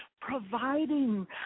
providing